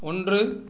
ஒன்று